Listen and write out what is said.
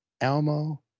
elmo